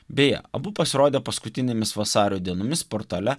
beje abu pasirodė paskutinėmis vasario dienomis portale